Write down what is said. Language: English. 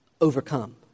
overcome